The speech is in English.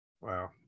Wow